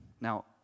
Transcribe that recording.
Now